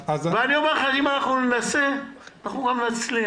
אני אומר לך, שאם אנחנו ננסה, אנחנו גם נצליח.